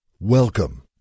Welcome